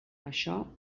això